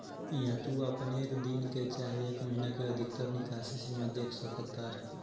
इहा तू आपन एक दिन के चाहे एक महीने के अधिकतर निकासी सीमा देख सकतार